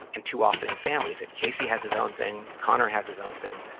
and too often in families. casey has his own thing, connor has his own thing,